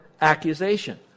accusation